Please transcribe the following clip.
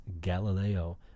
Galileo